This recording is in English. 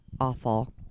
awful